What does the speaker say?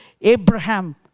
Abraham